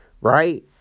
right